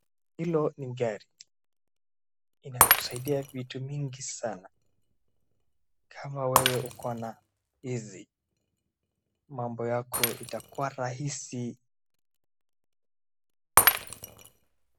Hilo ni gari inakusaidia vitu mingi sana kama wewe uko na hizi mambo yako itakua rahisi